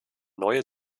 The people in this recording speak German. neue